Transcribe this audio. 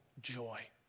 joy